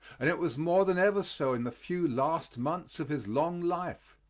and it was more than ever so in the few last months of his long life.